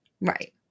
Right